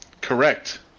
Correct